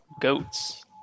goats